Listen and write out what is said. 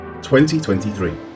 2023